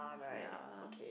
ya